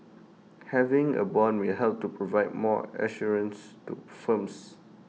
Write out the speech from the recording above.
having A Bond may help to provide more assurance to firms